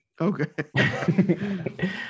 okay